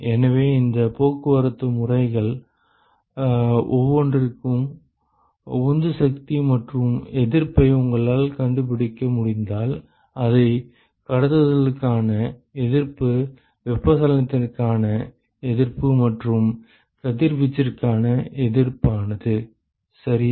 எனவே இந்த போக்குவரத்து முறைகள் ஒவ்வொன்றிற்கும் உந்து சக்தி மற்றும் எதிர்ப்பை உங்களால் கண்டுபிடிக்க முடிந்தால் அதை கடத்துதலுக்கான எதிர்ப்பு வெப்பச்சலனத்திற்கான எதிர்ப்பு மற்றும் கதிர்வீச்சுக்கான எதிர்ப்பானது சரியா